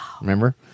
Remember